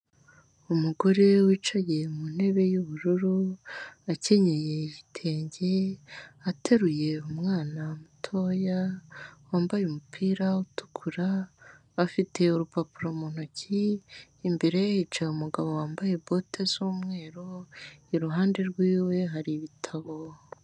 Umugore wicaye mu ntebe y'ubururu, akenyeye igitenge, ateruye umwana mutoya, wambaye umupira utukura, afite urupapuro mu ntoki, imbere ye hicaye umugabo wambaye bote z'umweru, iruhande rwiwe hari ibitabo.